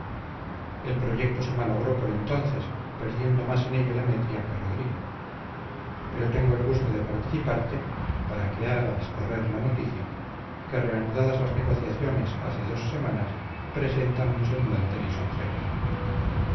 el proyecto se malogró por entonces perdiendo más en ello demetria que rodrigo pero tengo el gusto de participarte para que hagas correr la noticia que reanudadas las negociaciones hace dos semanas presentan un semblante lisonjero